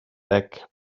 back